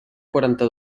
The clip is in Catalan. quaranta